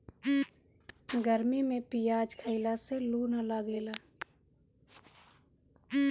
गरमी में पियाज खइला से लू ना लागेला